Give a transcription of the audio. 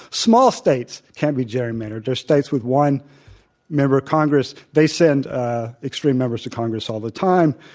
small states can't be gerrymandered. they're states with one member of congress. they send extreme numbers to congress all the time.